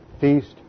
feast